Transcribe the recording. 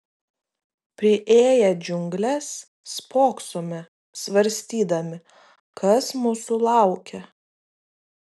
priėję džiungles spoksome svarstydami kas mūsų laukia